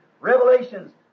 Revelations